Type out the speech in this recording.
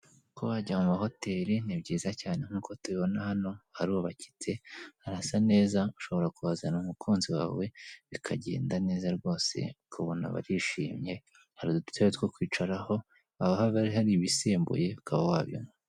Kuba wajya mu mahoteli ni byiza cyane nk'uko tubibona hano harubakitse harasa neza ushobora kuhazana umukunzi wawe bikagenda neza rwose ukabona barishimye, hari udutebe two kwicararaho haba hari ibisembuye ukaba wabinywa.